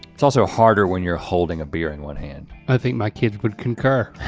it's also harder when you're holding a beer in one hand. i think my kids would concur.